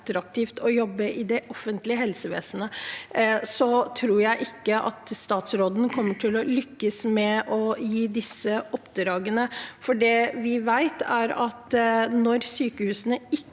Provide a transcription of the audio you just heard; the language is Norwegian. å jobbe i det offentlige helsevesenet, tror jeg ikke statsråden vil lykkes med å gi disse oppdragene. For det vi vet, er at når sykehusene ikke